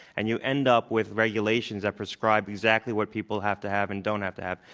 and you end up with regulations that prescribe exactly what people have to have and don't have to have.